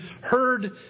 heard